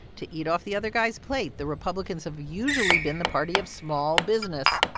to eat off the other guy's plate. the republicans have usually been the party of small business.